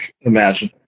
imagine